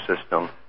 system